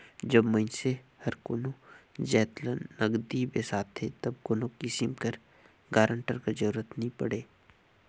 जब मइनसे हर कोनो जाएत ल नगदी बेसाथे तब कोनो किसिम कर गारंटर कर जरूरत नी परे